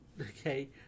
okay